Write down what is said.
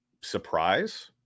surprise